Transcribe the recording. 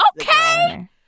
Okay